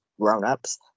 grownups